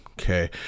Okay